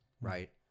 right